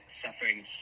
suffering